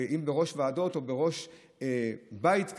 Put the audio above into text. אם בראש ועדות או בראש בית כזה,